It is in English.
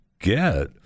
get